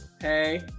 Hey